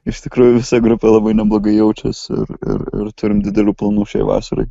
iš tikrųjų visa grupė labai neblogai jaučiasi ir ir ir turim didelių planų šiai vasarai